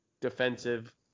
defensive